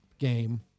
Game